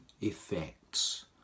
effects